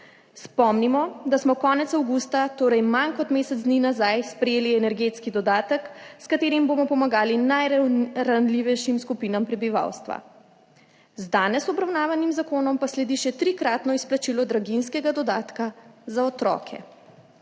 Spomnimo, da smo konec avgusta, torej manj kot mesec dni nazaj, sprejeli energetski dodatek, s katerim bomo pomagali najranljivejšim skupinam prebivalstva. Z danes obravnavanim zakonom pa sledi še trikratno izplačilo draginjskega dodatka za otroke.